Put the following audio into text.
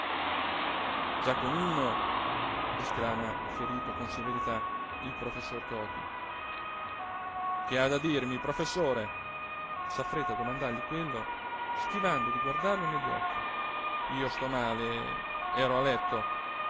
giacomino esclama ferito con severità il professor toti che ha da dirmi professore s'affretta a domandargli quello schivando di guardarlo negli occhi io sto male ero a letto